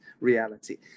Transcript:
reality